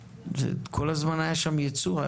כל הזמן היה שם ייצור.